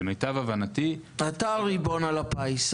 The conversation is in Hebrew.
אתה הריבון על הפיס,